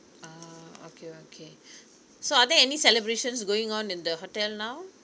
ah okay okay so are there any celebrations going on in the hotel now